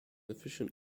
efficient